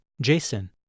Jason